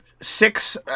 six